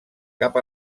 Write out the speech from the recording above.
cap